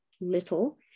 little